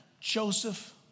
Joseph